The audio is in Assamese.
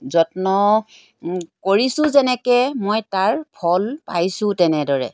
যত্ন কৰিছোঁ যেনেকৈ মই তাৰ ফল পাইছোঁও তেনেদৰে